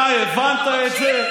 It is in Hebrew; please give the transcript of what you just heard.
אתה הבנת את זה,